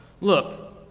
Look